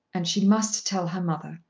and she must tell her mother.